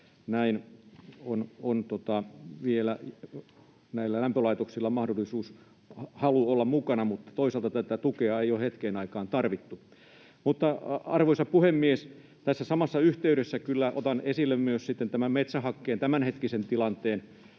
näin on vielä näillä lämpölaitoksilla mahdollisuus, jos on halu olla mukana — mutta toisaalta tätä tukea ei ole hetkeen tarvittu. Arvoisa puhemies! Tässä samassa yhteydessä otan kyllä esille myös sitten tämän metsähakkeen tämänhetkisen tilanteen.